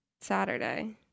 Saturday